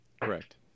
correct